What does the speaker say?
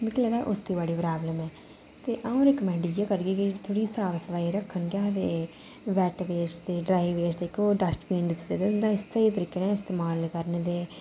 मिगी उसदी बड़ी प्राब्लम ऐ ते अ'ऊं रिकमैंड इ'यै करगी कि थोह्ड़ी साफ सफाई रक्खन केह् आखदे वैट्ट वेस्ट ते ड्राई वेस्ट इक डस्टबीन उं'दा स्हेई तरीके नै इस्तमाल करन ते